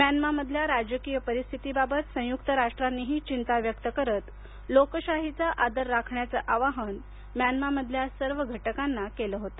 म्यानमारमधल्या राजकीय परिस्थितीबाबत संयुक्त राष्ट्रांनीही चिंता व्यक्त करत लोकशाहीचा आदर राखण्याचे आवाहन म्यानमारमधील सर्व घटकांना केले होते